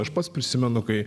aš pats prisimenu kai